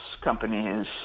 companies